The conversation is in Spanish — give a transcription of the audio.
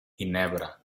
ginebra